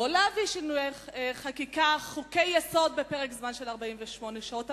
לא להביא שינויי חקיקה וחוקי-יסוד בפרק זמן של 48 שעות,